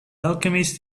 alchemist